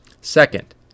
Second